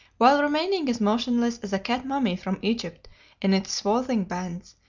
while remaining as motionless as a cat mummy from egypt in its swathing bands,